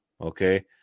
Okay